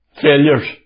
Failures